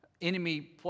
enemy